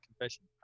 confession